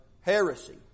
heresy